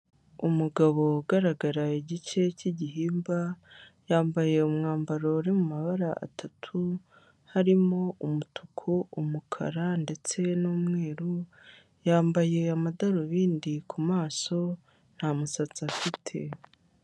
Umugabo ugaragara igice cy'igihimba yambaye umwambaro uri mabara atatu, harimo umutuku umukara ndetse n'umweru, yambaye amadarubindi ku maso nta musatsi afite.